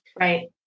Right